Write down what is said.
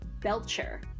Belcher